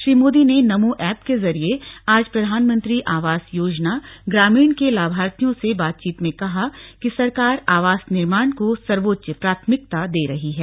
श्री मोदी ने नमो एप के जरिये आज प्रधानमंत्री आवास योजना ग्रामीण के लाभार्थियों से बातचीत में कहा कि सरकार आवास निर्माण को सर्वोच्च प्राथमिकता दे रही है